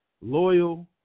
Loyal